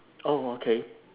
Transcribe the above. oh okay